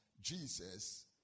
Jesus